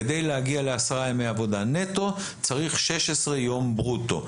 כדי להגיע לעשרה ימי עבודה נטו צריך 16 יום ברוטו.